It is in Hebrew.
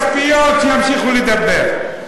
אתה רואה, הכול בהעברות כספיות, שימשיכו לדבר.